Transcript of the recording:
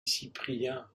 cyprien